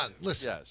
listen